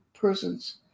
person's